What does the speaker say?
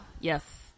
yes